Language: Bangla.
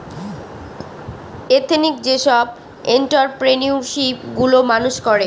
এথেনিক যেসব এন্ট্ররপ্রেনিউরশিপ গুলো মানুষ করে